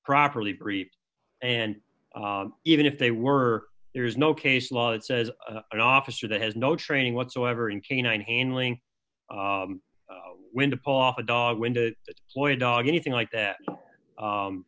properly briefed and even if they were there is no case law that says an officer that has no training whatsoever in canine handling when to pull off a dog when to deploy a dog anything like that